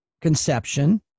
conception